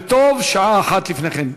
וטובה שעה אחת לפני כן.